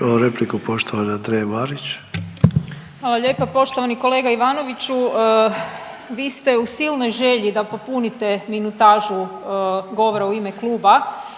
Imamo repliku poštovane Andreje Marić. **Marić, Andreja (SDP)** Hvala lijepa. Poštovani kolega Ivanoviću vi ste u silnoj želji da popunite minutažu govora u ime kluba